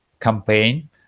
campaign